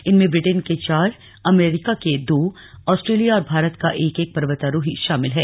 इनमें ब्रिटेन के चार अमरीका के दो आस्ट्रेलिया और भारत का एक एक पर्वतारोही शामिल है